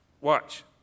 watch